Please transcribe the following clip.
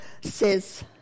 says